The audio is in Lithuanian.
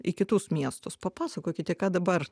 į kitus miestus papasakokite ką dabar